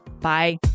Bye